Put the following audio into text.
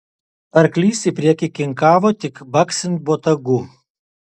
arklys į priekį kinkavo tik baksint botagu